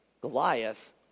Goliath